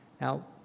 now